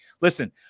listen